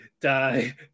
die